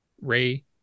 Ray